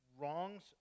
wrongs